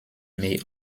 may